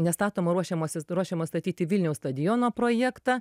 ne statomo o ruošiamosi ruošiamo statyti vilniaus stadiono projektą